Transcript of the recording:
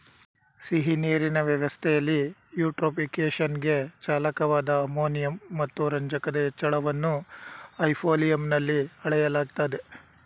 ಸಿಹಿನೀರಿನ ವ್ಯವಸ್ಥೆಲಿ ಯೂಟ್ರೋಫಿಕೇಶನ್ಗೆ ಚಾಲಕವಾದ ಅಮೋನಿಯಂ ಮತ್ತು ರಂಜಕದ ಹೆಚ್ಚಳವನ್ನು ಹೈಪೋಲಿಯಂನಲ್ಲಿ ಅಳೆಯಲಾಗ್ತದೆ